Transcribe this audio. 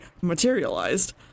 materialized